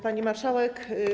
Pani Marszałek!